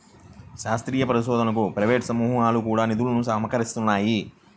శాస్త్రీయ పరిశోధనకు ప్రైవేట్ సమూహాలు కూడా నిధులు సమకూరుస్తాయి